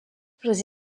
j’ose